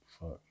Fuck